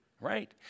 right